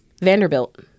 Vanderbilt